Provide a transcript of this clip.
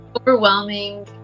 Overwhelming